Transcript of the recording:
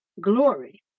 Glory